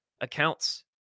accounts